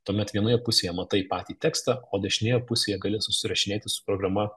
tuomet vienoje pusėje matai patį tekstą o dešinėje pusėje gali susirašinėti su programa